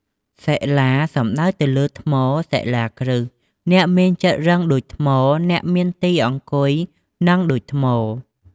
សិលា សំដៅទៅលើថ្ម សិលាគ្រិះ អ្នកមានចិត្តរឹងដូចថ្ម អ្នកមានទីអង្គុយនឹងដូចថ្ម។